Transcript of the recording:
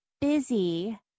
busy